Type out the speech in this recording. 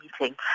meeting